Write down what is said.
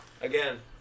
Again